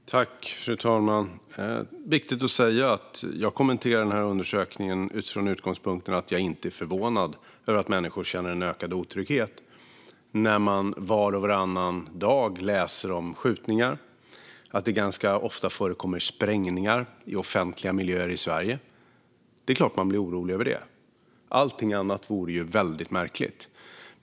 Fru talman! Det är viktigt att säga att jag kommenterade den här undersökningen från utgångspunkten att jag inte är förvånad över att människor känner ökad otrygghet när man var och varannan dag läser om skjutningar och att det ganska ofta förekommer sprängningar i offentliga miljöer i Sverige. Det är klart att man blir orolig över det. Allt annat vore väldigt märkligt.